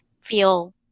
feel